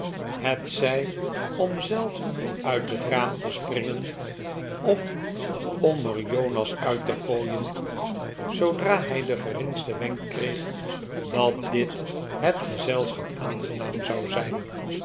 hetzij om zelf uit het raam te springen of om er jonas uit te gooien zoodra hij den geringsten wenk kreeg dat dit het gezelschap aangenaam zou zijn